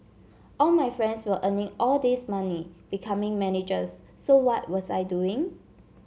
all my friends were earning all this money becoming managers so what was I doing